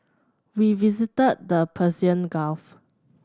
we visited the Persian Gulf